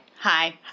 Hi